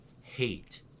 Hate